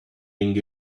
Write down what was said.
ring